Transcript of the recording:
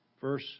Verse